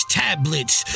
tablets